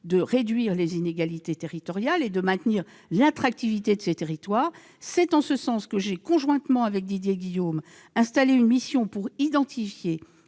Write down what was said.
de réduire les inégalités territoriales et de maintenir l'attractivité du territoire. C'est en ce sens que j'ai, conjointement avec Didier Guillaume, installé une mission pour identifier